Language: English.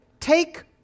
Take